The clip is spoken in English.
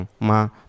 ma